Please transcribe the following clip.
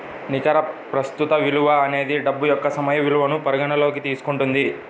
నికర ప్రస్తుత విలువ అనేది డబ్బు యొక్క సమయ విలువను పరిగణనలోకి తీసుకుంటుంది